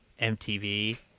MTV